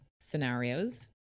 scenarios